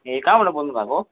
ए कहाँबाट बोल्नुभएको